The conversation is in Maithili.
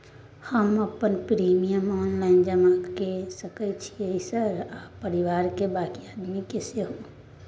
हम अपन प्रीमियम ऑनलाइन जमा के सके छियै सर आ परिवार के बाँकी आदमी के सेहो?